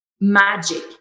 magic